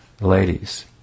ladies